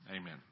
amen